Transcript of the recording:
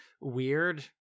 weird